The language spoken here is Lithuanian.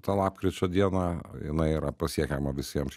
tą lapkričio dieną jinai yra pasiekiama visiems